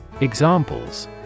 Examples